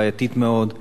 בעייתית מאוד.